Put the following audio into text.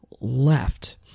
left